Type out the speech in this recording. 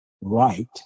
right